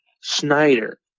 Schneider